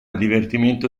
divertimento